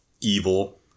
evil